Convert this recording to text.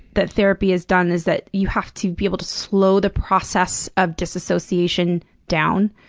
that therapy has done, is that you have to be able to slow the process of disassociation down,